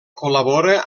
col·labora